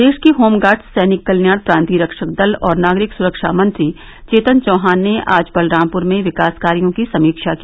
प्रदेश के होमगार्ड्स सैनिक कल्याण प्रांतीय रक्षक दल और नागरिक सुरक्षा मंत्री चेतन चौहान ने आज बलरामपुर में विकास कार्यो की समीक्षा की